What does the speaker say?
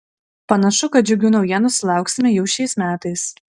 panašu kad džiugių naujienų sulauksime jau šiais metais